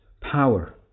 power